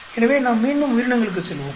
எனவே நாம் மீண்டும் உயிரினங்களுக்கு செல்வோம்